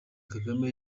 kagame